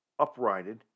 uprighted